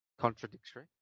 contradictory